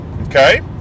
okay